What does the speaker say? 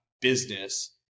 business